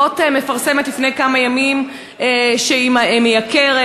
"הוט" מפרסמת לפני כמה ימים שהיא מייקרת,